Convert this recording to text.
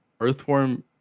Earthworm